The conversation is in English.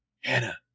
Hannah